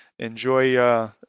Enjoy